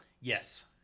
Yes